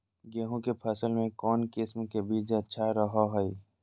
गेहूँ के फसल में कौन किसम के बीज अच्छा रहो हय?